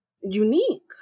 unique